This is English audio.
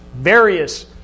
Various